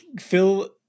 Phil